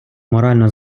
морально